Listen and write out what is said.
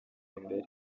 imbere